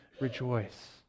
rejoice